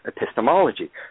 epistemology